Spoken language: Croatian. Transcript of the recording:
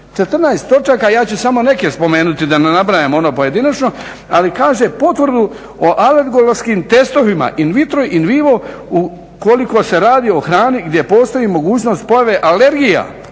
14 točaka, ja ću samo neke spomenuti da ne nabrajam ono pojedinačno. Ali kaže, potvrdu o alergološkim testovima in vitro, in vivo ukoliko se radi o hrani gdje postoji mogućnost pojave alergija,